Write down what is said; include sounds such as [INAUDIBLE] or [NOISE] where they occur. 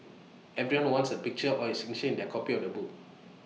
everyone wants A picture or his [UNINTELLIGIBLE] in their copy of the book